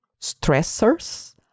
stressors